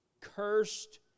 cursed